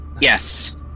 Yes